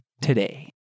today